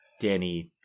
Danny